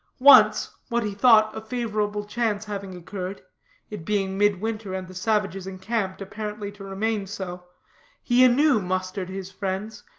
once, what he thought a favorable chance having occurred it being midwinter, and the savages encamped, apparently to remain so he anew mustered his friends,